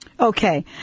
Okay